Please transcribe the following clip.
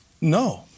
No